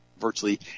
virtually